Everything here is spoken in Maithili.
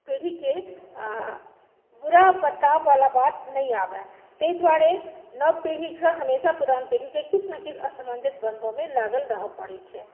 पीढ़ीके बुरा बर्ताववला बात नहि आबए ताहि दुआरे नव पीढ़ीके साथ हमेशा पुरान पीढ़ीके किछु ने किछु असामञ्जस्य बनबयमे लागल रहय पड़ैत छै